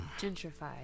gentrified